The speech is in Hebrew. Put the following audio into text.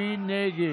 מי נגד?